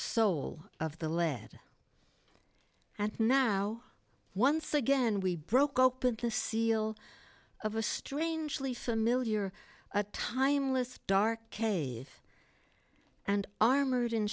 soul of the lead and now once again we broke open the seal of a strangely familiar timeless dark cave and armored in